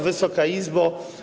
Wysoka Izbo!